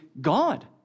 God